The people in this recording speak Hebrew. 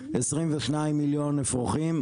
22 מיליון אפרוחים,